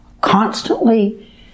constantly